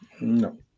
No